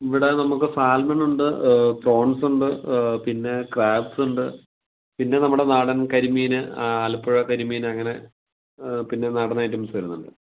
ഇവിടെ നമുക്ക് സാൽമൺ ഉണ്ട് പ്രോൺസ് ഉണ്ട് പിന്നെ ക്രാബ്സ് ഉണ്ട് പിന്നെ നമ്മുടെ നാടൻ കരിമീൻ ആലപ്പുഴ കരിമീൻ അങ്ങനെ പിന്നെ നാടൻ ഐറ്റംസ് വരുന്നുണ്ട്